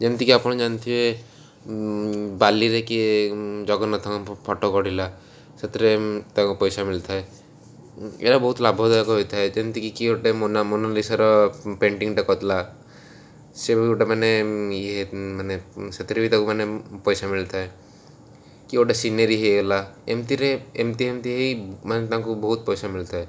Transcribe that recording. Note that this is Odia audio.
ଯେମିତିକି ଆପଣ ଜାଣିଥିବେ ବାଲିରେ କିଏ ଜଗନ୍ନାଥଙ୍କ ଫଟୋ ଗଢ଼ିଲା ସେଥିରେ ତାଙ୍କ ପଇସା ମିଳିଥାଏ ଏରା ବହୁତ ଲାଭଦାୟକ ହୋଇଥାଏ ଯେମିତିକି କିଏ ଗୋଟେ ମୋନାଲିସାର ପେଣ୍ଟିଂଟା କରଦେଲା ସେ ବି ଗୋଟେ ମାନେ ଇଏ ମାନେ ସେଥିରେ ବି ତାକୁ ମାନେ ପଇସା ମିଳିଥାଏ କିଏ ଗୋଟେ ସିନେରୀ ହେଇଗଲା ଏମିତିରେ ଏମିତି ଏମିତି ହେଇ ମାନେ ତାଙ୍କୁ ବହୁତ ପଇସା ମିଳିଥାଏ